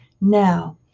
now